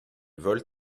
vole